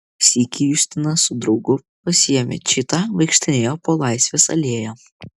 sykį justina su draugu pasiėmę čitą vaikštinėjo po laisvės alėją